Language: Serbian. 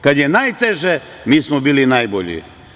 Kada je najteže, mi smo bili najbolji.